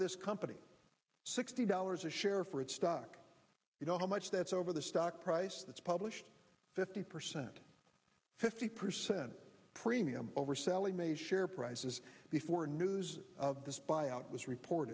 this company sixty dollars a share for its stock you know how much that's over the stock price that's published fifty percent fifty percent premium over sallie mae share prices before news of this buyout was report